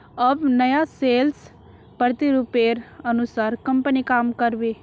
अब नया सेल्स प्रतिरूपेर अनुसार कंपनी काम कर बे